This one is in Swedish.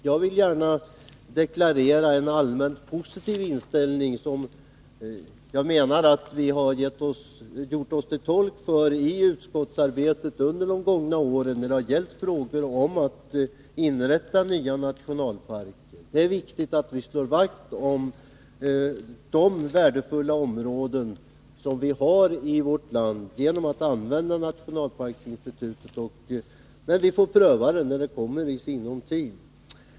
Jag vill gärna deklarera en allmänt positiv inställning, som jag menar att vi också har gett uttryck för i utskottsarbetet under de gångna åren när det har gällt frågan om att inrätta nya nationalparker. Det är viktigt att vi slår vakt om de värdefulla områden som vi har i vårt land genom att använda nationalparksinstitutet. Den frågan får vi pröva när den i sinom tid kommer upp.